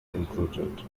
included